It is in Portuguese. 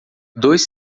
dois